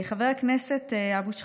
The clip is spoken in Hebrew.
חבר הכנסת אבו שחאדה,